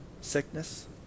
sickness